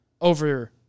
over